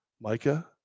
Micah